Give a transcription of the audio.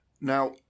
Now